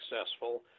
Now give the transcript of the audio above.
successful